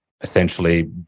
essentially